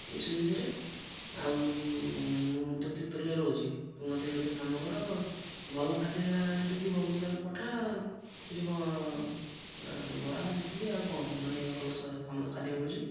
ଏଇସବୁ ବିଷୟରେ ଆଉ ମୁଁ ତ ତିର୍ତ୍ତୋଲ ରହୁଛି ତୁ ମୋତେ ଗୋଟେ କାମ କର ଭଲ ଖାଦ୍ୟ ଯାହା ସେଇଠି ଥିବ ମୋତେ ଗୋଟେ ପଠା ଆଉ ସେଇଠି କ'ଣ ବରା ଇଟିଲି ଆଉ କ'ଣ ମାନେ ଭଲ ଖାଦ୍ୟ ମିଳୁଛି